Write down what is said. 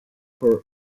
her